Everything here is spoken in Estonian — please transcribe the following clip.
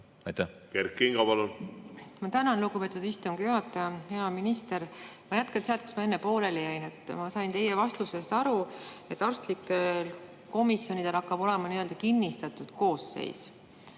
Ma tänan, lugupeetud istungi juhataja! Hea minister! Ma jätkan sealt, kus ma enne pooleli jäin. Ma sain teie vastusest aru, et arstlikel komisjonidel hakkab olema nii-öelda kinnistatud koosseis.